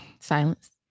Silence